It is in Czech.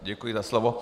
Děkuji za slovo.